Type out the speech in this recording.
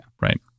Right